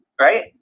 right